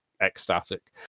ecstatic